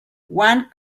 one